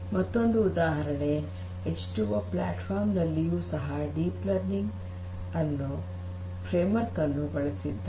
ಮತ್ತೊಂದು ಉದಾಹರಣೆ H two O platform ನಲ್ಲಿಯೂ ಸಹ ಡೀಪ್ ಲರ್ನಿಂಗ್ ಫ್ರೇಮ್ವರ್ಕ್ ಅನ್ನು ಬಳಸಲಾಗಿದೆ